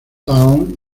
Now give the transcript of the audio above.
town